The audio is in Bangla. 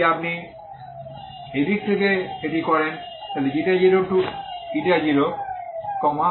যদি আপনি এই দিক থেকে এটি করেন 0to 0 dη